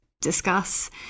discuss